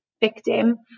victim